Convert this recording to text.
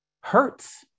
hurts